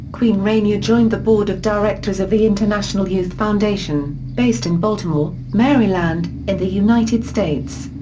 queen rania joined the board of directors of the international youth foundation, based in baltimore, maryland, in the united states.